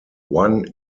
one